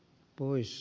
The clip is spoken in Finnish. pois